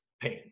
pain